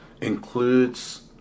includes